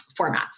formats